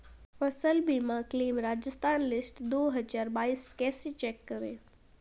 फसल बीमा claim Rajasthan list दो हज़ार बाईस कैसे चेक करें?